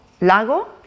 Lago